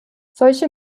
solche